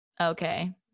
okay